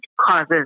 causes